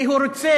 כי הוא רוצה,